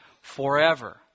forever